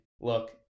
Look